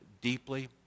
deeply